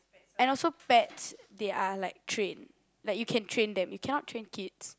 and also pets they are like trained like you can train them you cannot train kids